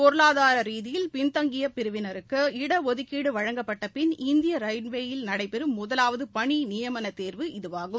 பொருளாதாரரீதியில் பின்தங்கியபிரிவினருக்கு இடஒதுக்கீடுவழங்கப்பட்டபின் இந்தியரயில்வேயில் நடைபெறும் முதலாவதுபணிநியமனதேர்வு இதுவாகும்